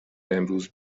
امروز